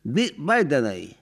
bi baidenai